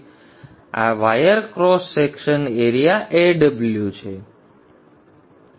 તેથી આ wire cross section area Aw છે